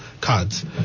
cards